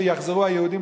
שיחזרו היהודים,